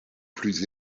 plus